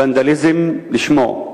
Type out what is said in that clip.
ונדליזם לשמו.